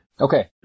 Okay